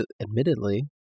admittedly